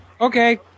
Okay